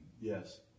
Yes